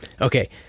Okay